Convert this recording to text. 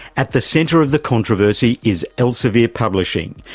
at the centre of the controversy is elsevier publishing,